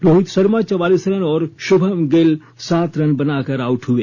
रोहित शर्मा चौवालीस रन और शुभम गिल सात रन बनाकर आउट हुए